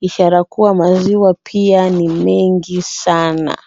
ishara kuwa maziwa pia ni mengi sana.